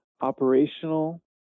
operational